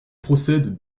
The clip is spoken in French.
procède